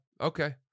okay